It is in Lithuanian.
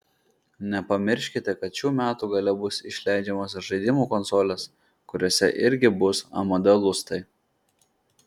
nepamirškite kad šių metų gale bus išleidžiamos ir žaidimų konsolės kuriose irgi bus amd lustai